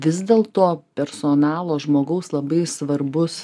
vis dėl to personalo žmogaus labai svarbus